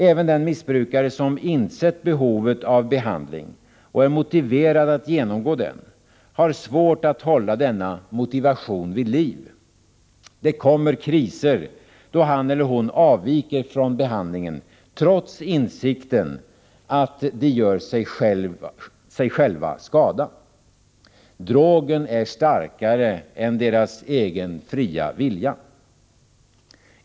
Även den missbrukare som insett behovet av behandling och är motiverad att genomgå den har svårt att hålla denna motivation vid liv. Det kommer kriser, då han eller hon avviker från behandlingen trots insikten att de gör sig själva skada. Drogen är starkare än deras egen fria vilja.